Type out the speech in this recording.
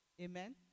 Amen